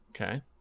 Okay